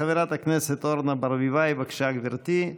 חברת הכנסת אורנה ברביבאי, בבקשה, גברתי.